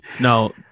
No